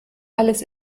alles